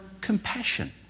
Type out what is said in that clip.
compassion